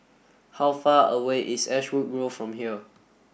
how far away is Ashwood Grove from here